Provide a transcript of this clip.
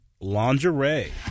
lingerie